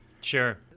sure